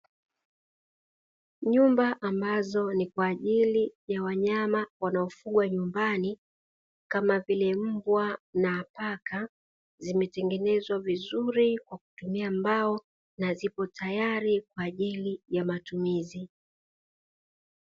Nyumba ambazo ni kwa ajili ya wanyama wanaofugwa nyumbani kama vile mbwa na paka zimetengenezwa vizuri kwa kutumia mbao na ziko tayari kwa ajili ya matumizi.